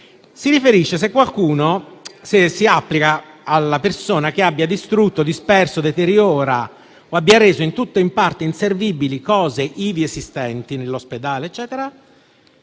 stiamo scherzando - si applica alla persona che abbia distrutto, disperso, deteriorato o abbia reso in tutto o in parte inservibili cose ivi esistenti nell'ospedale o